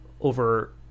over